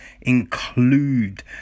include